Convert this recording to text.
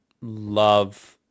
love